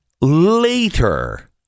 later